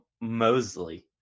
Mosley